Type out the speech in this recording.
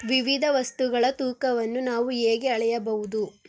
ವಿವಿಧ ವಸ್ತುಗಳ ತೂಕವನ್ನು ನಾವು ಹೇಗೆ ಅಳೆಯಬಹುದು?